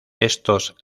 estos